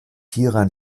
hieran